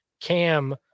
Cam